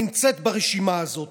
נמצאת ברשימה הזאת.